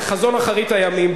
זה חזון אחרית הימים,